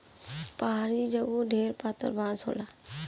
पहाड़ी जगे ढेर पातर बाँस होला